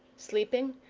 sleeping,